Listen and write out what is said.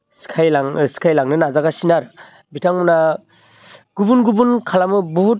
सिखाय लानो सिखायलांनो नाजागासिनो आरो बिथांमोनहा गुबुन गुबुन खालामो बुहुत